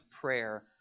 prayer